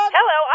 Hello